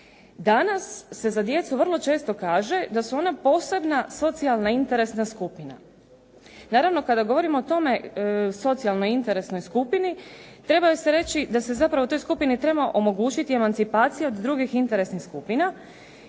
Danas se vrlo često za djecu kaže da su ona posebna socijalna interesna skupina. Naravno kada govorimo o tome socijalno interesnoj skupini, treba se reći da se zapravo o toj skupini treba omogućiti emancipacija od drugih interesnih skupina.